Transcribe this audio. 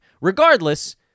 regardless